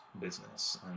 business